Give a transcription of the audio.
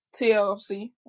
TLC